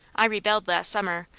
i rebelled last summer,